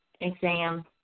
exam